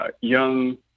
young